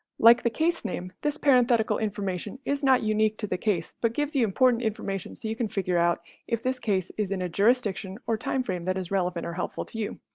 like the case name, this parenthetical information is not unique to the case, but gives you important information so you can figure out if this case is in a jurisdiction or time frame that is relevant or helpful to you.